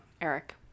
Eric